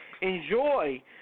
enjoy